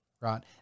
right